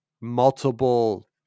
multiple